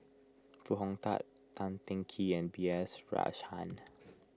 Foo Hong Tatt Tan Teng Kee and B S Rajhans